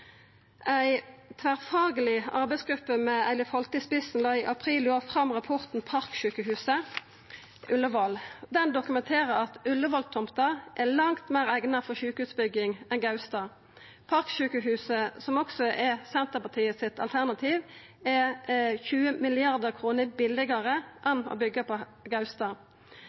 Ei tverrfagleg arbeidsgruppe med Eilif Holte i spissen la i april i år fram rapporten «Parksykehuset Ullevål». Rapporten dokumenterer at Ullevål-tomta er langt meir eigna for sjukehusbygging enn Gaustad. Parksjukehuset – som også er Senterpartiets alternativ – er 20 mrd. kr billegare enn å byggja på Gaustad.